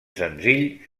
senzill